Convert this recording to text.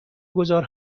گذار